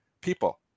People